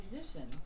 position